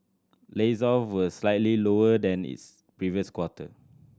were slightly lower than its previous quarter